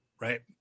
Right